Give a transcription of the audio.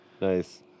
Nice